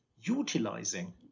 utilizing